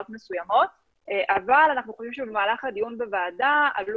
מסוימות אבל אנחנו חושבים שבמהלך הדיון בוועדה עלו